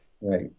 right